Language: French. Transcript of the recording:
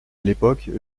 l’époque